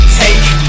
take